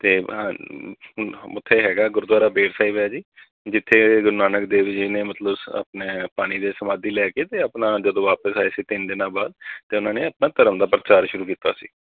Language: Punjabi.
ਅਤੇ ਉੱਥੇ ਹੈਗਾ ਗੁਰਦੁਆਰਾ ਬੇਰ ਸਾਹਿਬ ਹੈ ਜੀ ਜਿੱਥੇ ਗੁਰੂ ਨਾਨਕ ਦੇਵ ਜੀ ਨੇ ਮਤਲਬ ਸ ਆਪਣੇ ਪਾਣੀ ਦੇ ਸਮਾਧੀ ਲੈ ਕੇ ਅਤੇ ਆਪਣਾ ਜਦੋਂ ਵਾਪਸ ਆਏ ਸੀ ਤਿੰਨ ਦਿਨਾਂ ਬਾਅਦ ਤਾਂ ਉਹਨਾਂ ਨੇ ਆਪਣਾ ਧਰਮ ਦਾ ਪ੍ਰਚਾਰ ਸ਼ੁਰੂ ਕੀਤਾ